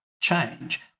change